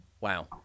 Wow